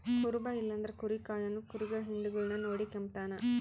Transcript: ಕುರುಬ ಇಲ್ಲಂದ್ರ ಕುರಿ ಕಾಯೋನು ಕುರಿಗುಳ್ ಹಿಂಡುಗುಳ್ನ ನೋಡಿಕೆಂಬತಾನ